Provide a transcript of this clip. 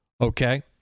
Okay